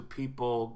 people